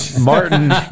Martin